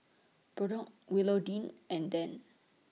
Brock Willodean and Dann